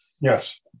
Yes